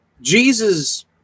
Jesus